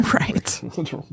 Right